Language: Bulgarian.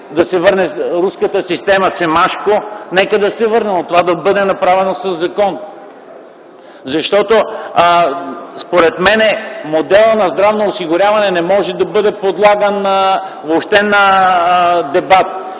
да се върне руската система „Семашко”, нека да се върне, но това да бъде направено със закон. Според мен моделът на здравно осигуряване въобще не може да бъде подлаган на дебат.